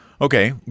okay